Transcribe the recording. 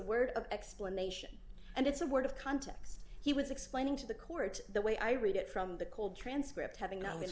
word of explanation and it's a word of context he was explaining to the court the way i read it from the cold transcript having n